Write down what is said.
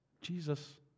Jesus